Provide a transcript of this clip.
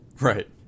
Right